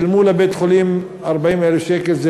שילמו לבית-חולים 40,000 שקל.